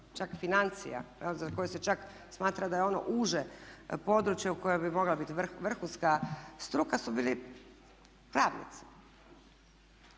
čak financija, za koje se čak smatra da je ono uže područje u kojem bi mogla biti vrhunska struka su bili pravnici.